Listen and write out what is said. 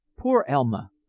poor elma!